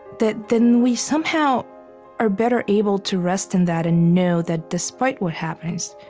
that then we somehow are better able to rest in that and know that, despite what happens,